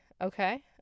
Okay